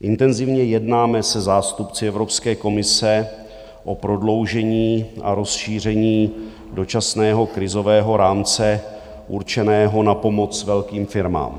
Intenzivně jednáme se zástupci Evropské komise o prodloužení a rozšíření dočasného krizového rámce určeného na pomoc velkým firmám.